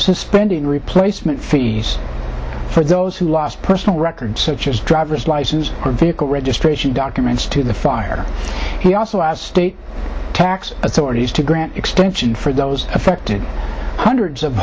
suspending replacement fees for those who lost personal records such as driver's license or vehicle registration documents to the fire he also asked state tax authorities to grant extension for those affected hundreds of